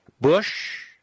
Bush